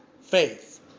faith